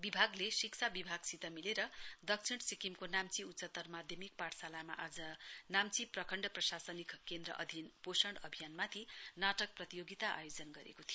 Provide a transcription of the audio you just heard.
बिभागले शिक्षा बिभागसित मिलेर दक्षिण सिक्किमको नाम्ची उच्चतर माध्यमिक पाठशालामा आज नाम्ची प्रखण्ड प्रशासनिक केन्द्र अन्तर्गत पोषण अभियानमाथि नाटक प्रतियोगिता आयोजन गरेको थियो